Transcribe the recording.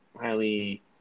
highly